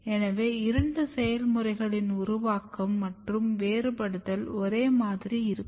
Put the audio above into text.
எனவே இரண்டு செயல்முறைகளின் உருவாக்கம் மற்றும் வேறுபடுதல் ஒரே மாதிரி இருக்கும்